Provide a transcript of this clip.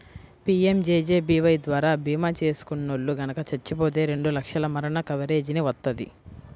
PMJJBY ద్వారా భీమా చేసుకున్నోల్లు గనక చచ్చిపోతే రెండు లక్షల మరణ కవరేజీని వత్తది